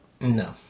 No